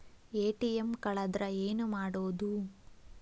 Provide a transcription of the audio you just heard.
ATM ಕಳದ್ರ ಏನು ಮಾಡೋದು?